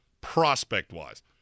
prospect-wise